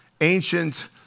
ancient